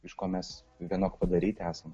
iš ko mes vienok padaryti esam